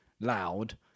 loud